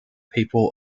papal